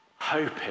hoping